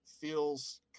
feels